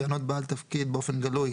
יענוד בעל תפקיד באופן גלוי